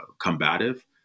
combative